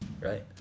right